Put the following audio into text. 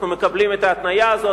אנחנו מקבלים את ההתניה הזאת.